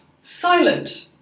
Silent